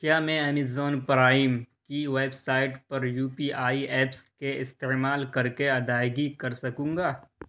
کیا میں Amazon Prime کی ویب سائٹ پر یو پی آئی ایپس کے استعمال کر کے ادائیگی کر سکوں گا